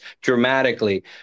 dramatically